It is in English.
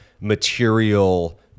material